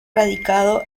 radicado